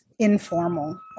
informal